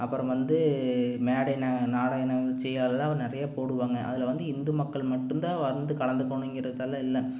அப்புறம் வந்து மேடை நாடகச் நிகழ்ச்சியெல்லாம் நிறையா போடுவாங்கள் அதில் வந்து இந்து மக்கள் மட்டும் தான் வந்து கலந்துக்கணுங்குறதல்லாம் இல்லை